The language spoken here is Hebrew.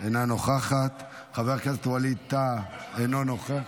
אינה נוכחת, חבר הכנסת ווליד טאהא, אינו נוכח.